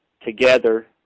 together